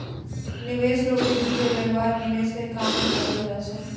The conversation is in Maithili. निवेश रो विधि के व्यवहार निवेश के काम मे करलौ जाय छै